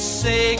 say